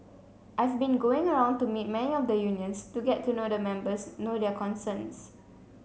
I've been going around to meet many of the unions to get to know the members know their concerns